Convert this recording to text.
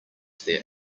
their